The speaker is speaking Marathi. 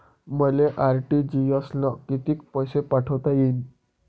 मले आर.टी.जी.एस न कितीक पैसे पाठवता येईन?